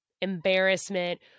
embarrassment